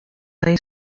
lay